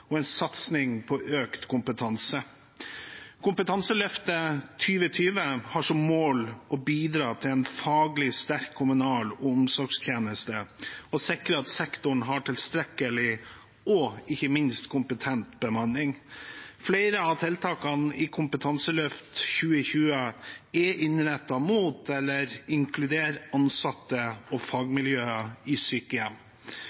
og en satsing på økt kompetanse. Kompetanseløft 2020 har som mål å bidra til en faglig sterk kommunal omsorgstjeneste og sikre at sektoren har tilstrekkelig og ikke minst kompetent bemanning. Flere av tiltakene i Kompetanseløft 2020 er innrettet mot eller inkluderer ansatte og